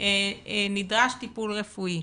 נדרש טיפול רפואי.